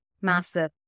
massive